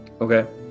Okay